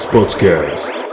Podcast